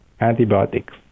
antibiotics